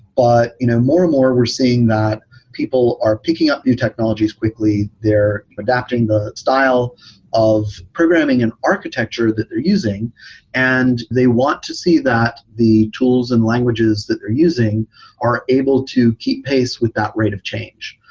but you know more and more were seeing that people are picking up new technologies quickly. they're adapting the style of programming and architecture that they're using and they want to see that the tools and languages that they're using are able to keep pace with that rate of change.